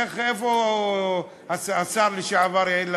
איפה השר לשעבר יאיר לפיד,